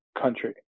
country